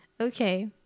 okay